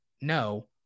No